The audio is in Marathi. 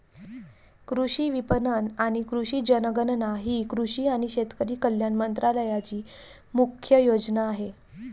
कृषी विपणन आणि कृषी जनगणना ही कृषी आणि शेतकरी कल्याण मंत्रालयाची मुख्य योजना आहे